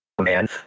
man